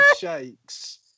shakes